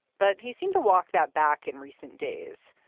but he seemed to walk that back in recent days.